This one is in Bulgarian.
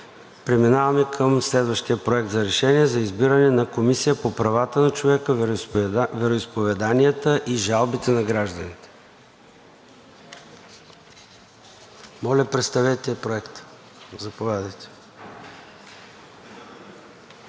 Преминаваме към следващия Проект на решение за избиране на Комисия по правата на човека, вероизповеданията и жалбите на гражданите. Моля да представите Проекта – заповядайте.